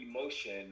emotion